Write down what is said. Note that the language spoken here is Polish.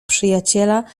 przyjaciela